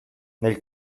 nel